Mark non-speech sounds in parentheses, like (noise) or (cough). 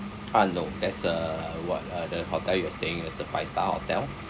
ah no that's uh what uh the hotel you are staying is a five star hotel (breath)